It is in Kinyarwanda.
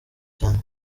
cyane